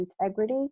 integrity